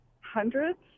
Hundreds